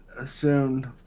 assumed